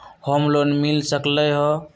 Home loan मिल सकलइ ह?